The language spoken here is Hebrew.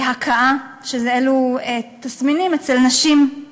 הקאה, אלו תסמינים אצל נשים.